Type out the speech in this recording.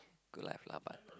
good life lah but